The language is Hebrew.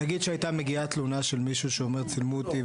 נגיד שתגיע תלונה של מישהו שיגיע צילמו אותי.